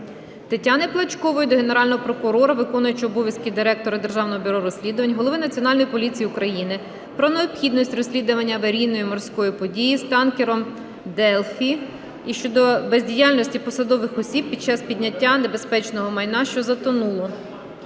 Тетяни Плачкової до Генерального прокурора, виконувача обов'язків Директора Державного бюро розслідувань, голови Національної поліції України про необхідність розслідування аварійної морської події з танкером "DELFI" і щодо бездіяльності посадових осіб під час підняття небезпечного майна, що затонуло.